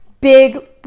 big